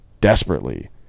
desperately